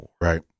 Right